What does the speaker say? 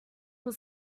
will